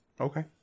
Okay